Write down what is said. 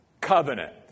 covenant